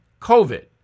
COVID